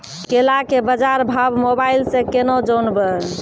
केला के बाजार भाव मोबाइल से के ना जान ब?